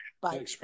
Bye